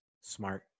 Smart